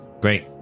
Great